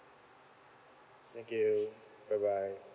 thank you bye bye